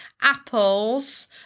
apples